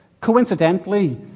Coincidentally